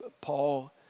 Paul